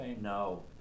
No